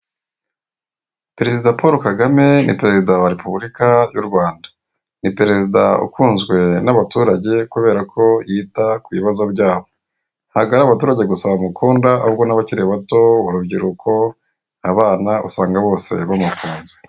Perezida Polo Kagame, ni perezida wa repubulika y'u Rwanda. Ni perezida ukunzwe n'abaturage kubera ko yita kubibazo byabo, ntabwo ari abaturage gusa bamukunda ahubwo n'abakiri bato urubyiruko, abana usanga bose bamukunze .